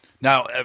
Now